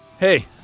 Hey